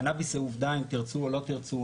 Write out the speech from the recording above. קנאביס זה עובדה אם תרצו או לא תרצו,